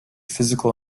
physical